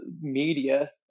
media